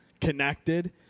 connected